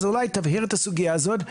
אז אולי תבהיר את הסוגיה הזאת,